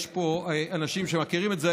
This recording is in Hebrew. יש פה אנשים שמכירים את זה,